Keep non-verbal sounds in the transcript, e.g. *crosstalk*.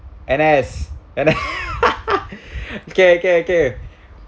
N_S N_S *laughs* okay okay okay